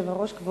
בבקשה, גברתי.